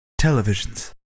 televisions